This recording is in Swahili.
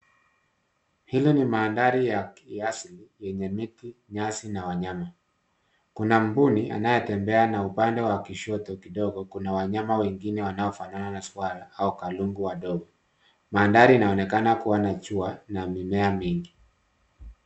Hili ni mandhari ya kiasili, yenye miti, nyasi na wanyama. Kuna mbuni anayatembea na upande wa kushoto kidogo kuna wanyama wengine wanaofanana na swara au kalungu wadogo. Mandhari inaonekana kuwa na jua na mimea mingi.